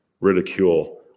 ridicule